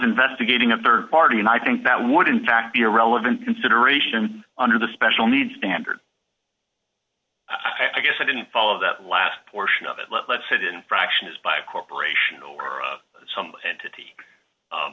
investigating a rd party and i think that would in fact be a relevant consideration under the special needs standard i guess i didn't follow that last portion of it let let said infraction is by a corporation or some entity